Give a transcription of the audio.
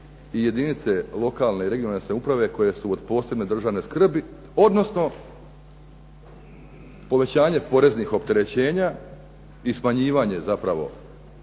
i jedinice lokalne i regionalne samouprave koje su od posebne državne skrbi, odnosno povećanje poreznih opterećenja, i smanjivanje zapravo,